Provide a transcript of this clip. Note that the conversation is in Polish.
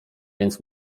więc